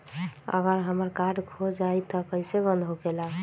अगर हमर कार्ड खो जाई त इ कईसे बंद होकेला?